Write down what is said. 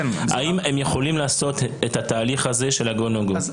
האם הם יכולים לעשות את התהליך הזה של ה-go no go?